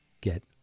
get